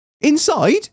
Inside